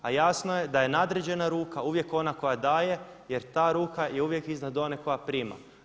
A jasno je da je nadređena ruka uvijek ona koja daje jer ta ruka je uvijek iznad one koja prima.